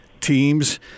teams